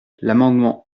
l’amendement